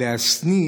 להשניא,